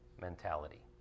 mentality